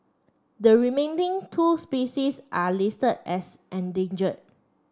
the remaining two species are list as endanger